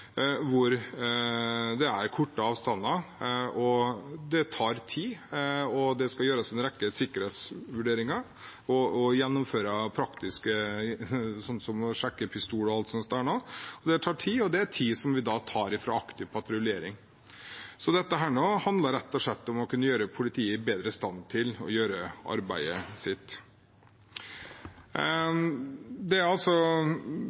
hvor det er korte avstander og det skal gjøres en rekke sikkerhetsvurderinger og praktiske gjennomføringer som sjekking av pistol. Det tar tid, og det er tid som vi tar fra aktiv patruljering. Så dette handler rett og slett om å kunne gjøre politiet i bedre stand til å gjøre arbeidet sitt.